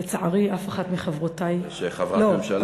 לצערי, אף אחת מחברותי, יש חברת ממשלה.